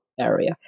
area